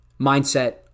mindset